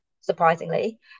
surprisingly